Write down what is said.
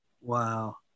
Wow